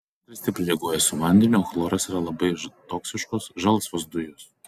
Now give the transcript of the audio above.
natris stipriai reaguoja su vandeniu o chloras yra labai toksiškos žalsvos dujos